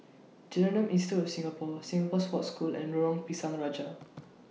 Genome Institute of Singapore Singapore Sports School and Lorong Pisang Raja